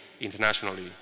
internationally